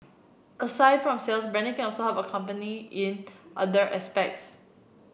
aside from sales branding can help a company in other aspects